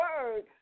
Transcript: word